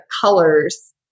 colors